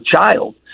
child